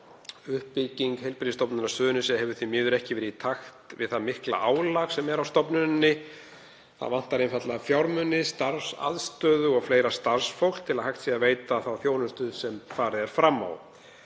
Uppbygging stofnunarinnar hefur því miður ekki verið í takt við það mikla álag sem er á henni. Það vantar einfaldlega fjármuni, starfsaðstöðu og fleira starfsfólk til að hægt sé að veita þá þjónustu sem farið er fram á.